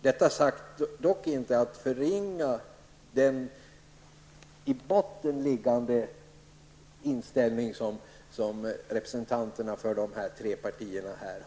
Detta dock inte sagt för att förringa den i botten liggande inställning som representanterna för de här tre partierna har.